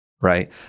right